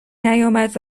نیامد